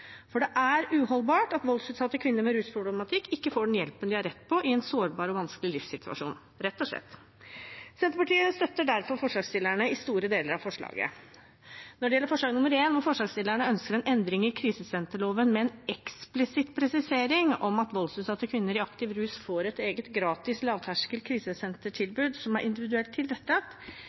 for det er rett og slett uholdbart at voldsutsatte kvinner med rusproblematikk ikke får den hjelpen de har rett på i en sårbar og vanskelig livssituasjon. Senterpartiet støtter derfor forslagsstillerne i store deler av forslaget. Når det gjelder forslag nr. 1, hvor forslagsstillerne ønsker en endring i krisesenterloven med en eksplisitt presisering om at voldsutsatte kvinner i aktiv rus «får et eget gratis, lavterskel krisesentertilbud som er individuelt